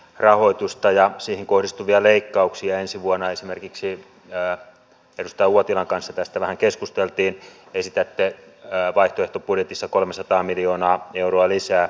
rahoitusta ja siihen kohdistuvia leikkauksia ensi vuonna esimerkiksi jää kestää uotila kaseteista vaan keskusteltiin esitätte vaihtoehtobudjetissa kolmesataa miljoonaa euroa lisää